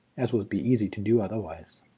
as would be easy to do otherwise.